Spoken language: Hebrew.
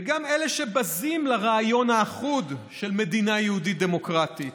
ואם הם אלה שבזים לרעיון האחוד של מדינה יהודית דמוקרטית.